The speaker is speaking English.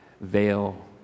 veil